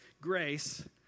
grace